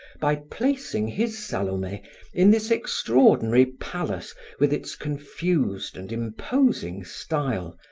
by placing his salome in this extraordinary palace with its confused and imposing style,